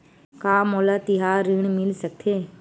का मोला तिहार ऋण मिल सकथे?